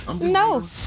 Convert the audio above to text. No